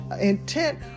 intent